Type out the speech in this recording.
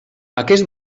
aquest